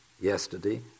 yesterday